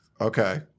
Okay